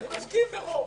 אני מסכים שברוב.